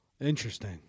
Interesting